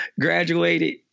graduated